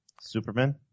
Superman